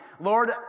Lord